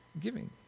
giving